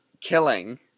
killing